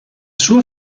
sua